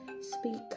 speak